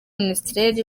minisiteri